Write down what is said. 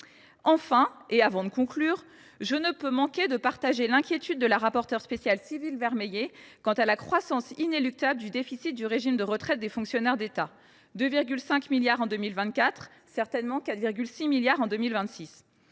2020. Avant de conclure, je ne peux manquer de partager l’inquiétude de la rapporteure spéciale Sylvie Vermeillet quant à la croissance inéluctable du déficit du régime de retraite des fonctionnaires d’État. En effet, celui ci atteindra 2,5 milliards d’euros